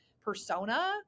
persona